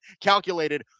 calculated